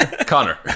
Connor